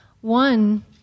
One